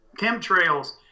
chemtrails